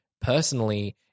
personally